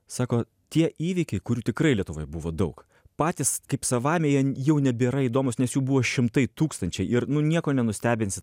sako tie įvykiai kurių tikrai lietuvoje buvo daug patys kaip savaime jie jau nebėra įdomūs nes jų buvo šimtai tūkstančiai ir nu nieko nenustebinsi